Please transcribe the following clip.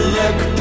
look